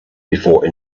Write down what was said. before